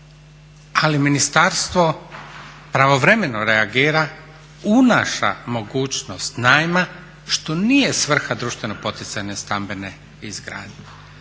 Ali ministarstvo pravovremeno reagira, unaša mogućnost najma što nije svrha društveno poticajne stambene izgradnje.